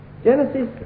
Genesis